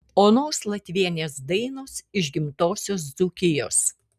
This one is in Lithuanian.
onos latvienės dainos iš gimtosios dzūkijos